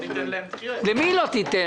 למי לא תיתן?